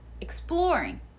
exploring